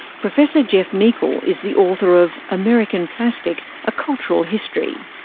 professor jeff meikle is the author of american plastic a cultural history.